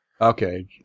Okay